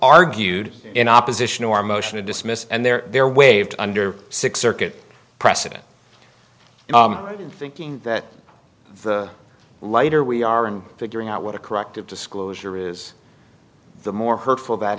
argued in opposition to our motion to dismiss and they're there waived under six circuit precedent thinking that the lighter we are in figuring out what a corrective disclosure is the more hurtful that